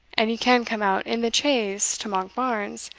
and you can come out in the chaise to monkbarns,